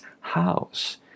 house